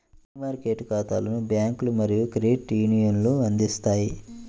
money market ఖాతాలను బ్యాంకులు మరియు క్రెడిట్ యూనియన్లు అందిస్తాయి